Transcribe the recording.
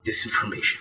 disinformation